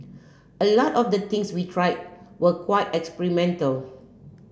a lot of the things we tried were quite experimental